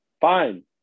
fine